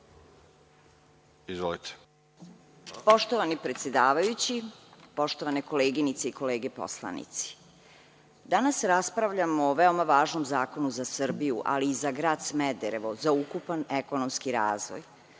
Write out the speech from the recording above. Ivković** Poštovani predsedavajući, poštovane koleginice i kolege poslanici, danas raspravljamo o veoma važnom zakonu za Srbiju, ali i za grad Smederevo, za ukupan ekonomski razvoj.